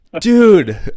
Dude